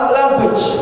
language